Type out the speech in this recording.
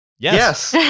Yes